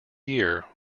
year